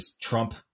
Trump